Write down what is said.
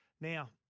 Now